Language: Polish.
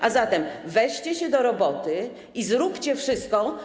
A zatem weźcie się do roboty i zróbcie wszystko.